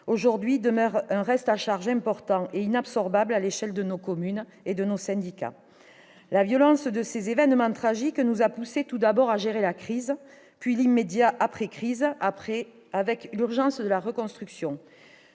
Aujourd'hui, demeure un reste à charge important, qui ne peut être absorbé à l'échelle de nos communes et syndicats. La violence de ces événements tragiques nous a tout d'abord poussés à gérer la crise, puis l'immédiate après-crise avec l'urgence de la reconstruction.